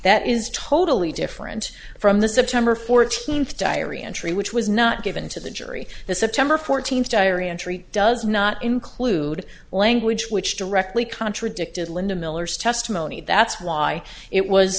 that is totally different from the september fourteenth diary entry which was not given to the jury the september fourteenth diary entry does not include language which directly contradicted linda miller's testimony that's why it was